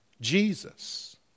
Jesus